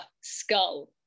skull